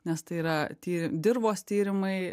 nes tai yra ty dirvos tyrimai